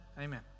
amen